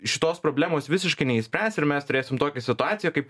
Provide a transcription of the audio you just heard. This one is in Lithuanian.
šitos problemos visiškai neišspręs ir mes turėsim tokią situaciją kaip